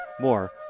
More